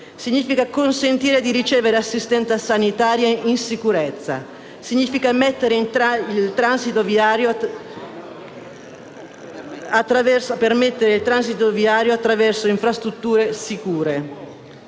significa consentire di ricevere assistenza sanitaria in sicurezza; significa permettere il transito viario attraverso infrastrutture sicure.